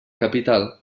capital